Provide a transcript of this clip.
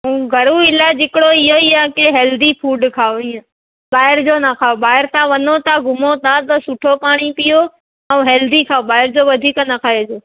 ऐं घरू इलाजु हिकिड़ो इहो ई आहे की हेल्दी फूड खाओ इअं ॿाहिरि जो न खाओ ॿाहिरि वञो था घुमो था त सुठो पाणी पीओ ऐं हेल्दी खाओ ॿाहिरि जो वधीक न खाइजो